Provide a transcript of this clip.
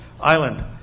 Island